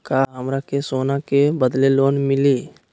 का हमरा के सोना के बदले लोन मिलि?